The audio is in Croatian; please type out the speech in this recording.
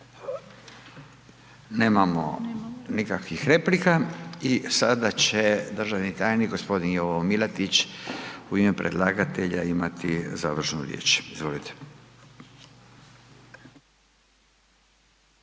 Nemamo nikakvih replika i sada će državni tajnik, g. Ivo Milatić u ime predlagatelja imati završnu riječ, izvolite.